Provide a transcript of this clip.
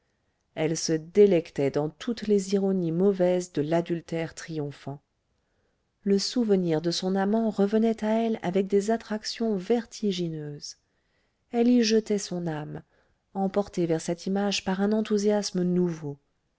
elle se délectait dans toutes les ironies mauvaises de l'adultère triomphant le souvenir de son amant revenait à elle avec des attractions vertigineuses elle y jetait son âme emportée vers cette image par un enthousiasme nouveau